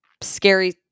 Scary